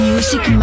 Music